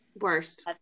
worst